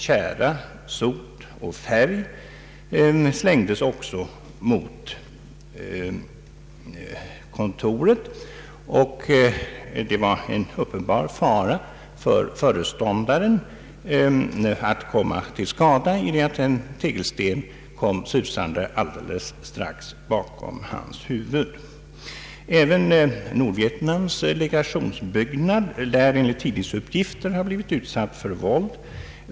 Tjära, sot och färg slängdes också mot kontoret, och det var en uppenbar fara att föreståndaren skulle komma till skada i det att en tegelsten kom susande alldeles strax bakom hans huvud. Även Nordvietnams legationsbyggnad lär enligt tidningsuppgifter ha blivit utsatt för våld.